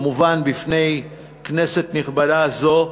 כמובן בפני כנסת נכבדה זו,